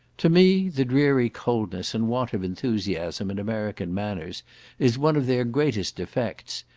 to me, the dreary coldness and want of enthusiasm in american manners is one of their greatest defects,